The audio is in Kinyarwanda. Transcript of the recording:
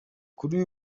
kuri